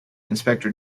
inspector